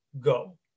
go